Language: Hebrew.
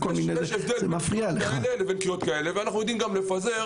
יש הבדל בין הקריאות ואנחנו יודעים לפזר